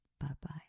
Bye-bye